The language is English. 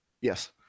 Yes